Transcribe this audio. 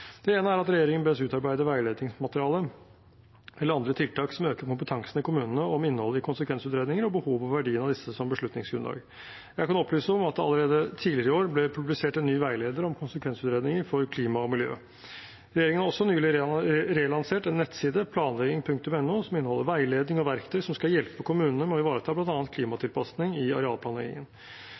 Det ene er at regjeringen bes utarbeide veiledningsmateriale eller andre tiltak som øker kompetansen i kommunene om innholdet i konsekvensutredninger og behovet for verdien av disse som beslutningsgrunnlag. Jeg kan opplyse om at det allerede tidligere i år ble publisert en ny veileder om konsekvensutredninger for klima og miljø. Regjeringen har også nylig relansert en nettside, planlegging.no, som inneholder veiledning og verktøy som skal hjelpe kommunene med å ivareta bl.a. klimatilpasning i arealplanleggingen.